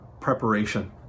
preparation